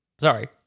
Sorry